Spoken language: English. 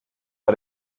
are